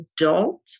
adult